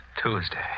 Tuesday